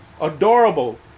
adorable